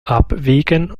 abwiegen